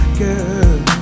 girl